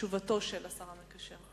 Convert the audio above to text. תשובתו של השר המקשר.